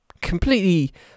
completely